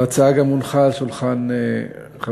ההצעה גם הונחה על שולחן הכנסת,